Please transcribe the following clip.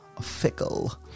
fickle